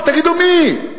רק תגידו מי,